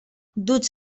duts